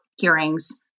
hearings